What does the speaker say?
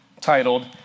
titled